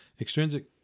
extrinsic